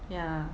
ya